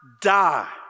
die